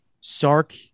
Sark